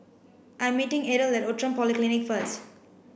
I'm meeting Adele at Outram Polyclinic first